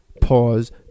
Pause